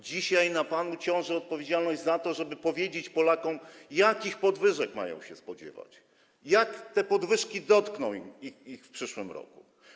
Dzisiaj na panu ciąży odpowiedzialność za to, żeby powiedzieć Polakom, jakich podwyżek mają się spodziewać, w jaki sposób te podwyżki dotkną ich w przyszłym roku.